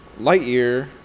Lightyear